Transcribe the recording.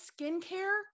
skincare